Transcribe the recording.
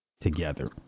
together